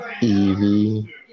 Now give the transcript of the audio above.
Evie